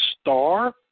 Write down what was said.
star